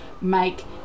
make